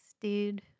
dude